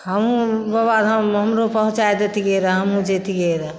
हम बाबा धाममे हमरो पहुँचाय देतिये रऽ हमहुँ जैतियै रऽ